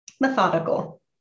methodical